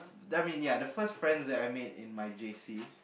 that mean it I the first friend I made in my J C